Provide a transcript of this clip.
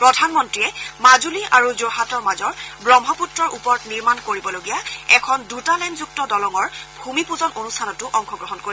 প্ৰধানমন্ত্ৰীয়ে মাজুলী আৰু যোৰহাটৰ মাজত ব্ৰহ্মপুত্ৰৰ ওপৰত নিৰ্মাণ কৰিবলগীয়া এখন দুটা লেনযুক্ত দলঙৰ ভূমি পূজন অনুষ্ঠানতো অংশগ্ৰহণ কৰিব